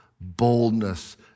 boldness